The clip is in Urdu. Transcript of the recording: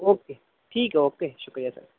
اوکے ٹھیک ہے اوکے شکریہ سر